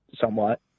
somewhat